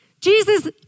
Jesus